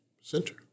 Center